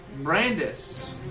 Brandis